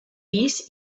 pis